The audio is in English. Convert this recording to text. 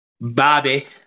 Bobby